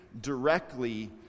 directly